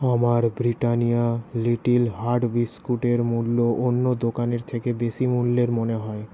আমার Britannia little heart বিস্কুটের মূল্য অন্য দোকানের থেকে বেশি মূল্যের মনে হয়